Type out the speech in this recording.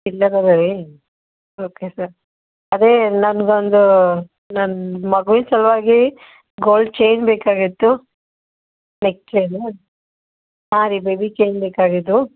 ರೀ okay sir ಅದೇ ನನ್ಗೆ ಒಂದು ನನ್ನ ಮಗುವಿನ ಸಲುವಾಗಿ ಗೋಲ್ಡ್ ಚೈನ್ ಬೇಕಾಗಿತ್ತು ನೆಕ್ ಚೈನು ಹಾಂ ರೀ ಬೇಬಿ ಚೈನ್ ಬೇಕಾಗಿದ್ದವು